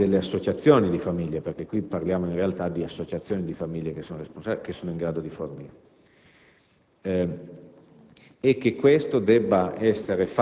famiglie e associazioni di famiglie - qui parliamo in realtà di associazioni di famiglie - sono in grado di fornire.